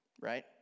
right